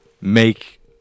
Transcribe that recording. make